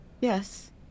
Yes